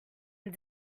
and